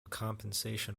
compensation